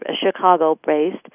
Chicago-based